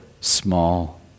small